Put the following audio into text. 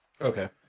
Okay